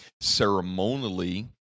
ceremonially